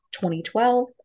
2012